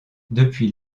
depuis